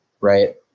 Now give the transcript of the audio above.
Right